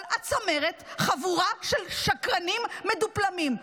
כל הצמרת חבורה של שקנרים מדופלמים.